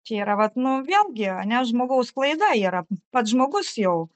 čia yra vat nu vėlgi ane žmogaus klaida yra pats žmogus jau